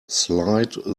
slide